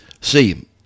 see